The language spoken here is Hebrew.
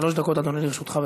שלוש דקות, אדוני, לרשותך.